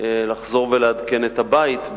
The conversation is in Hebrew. לחזור ולעדכן את הבית,